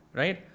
right